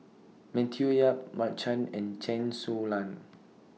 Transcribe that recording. Matthew Yap Mark Chan and Chen Su Lan